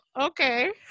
okay